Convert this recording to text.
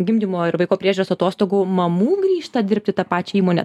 gimdymo ir vaiko priežiūros atostogų mamų grįžta dirbt į tą pačią įmonę